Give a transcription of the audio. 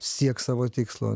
siek savo tikslo